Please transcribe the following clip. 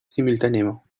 simultanément